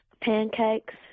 Pancakes